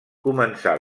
començà